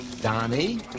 Donnie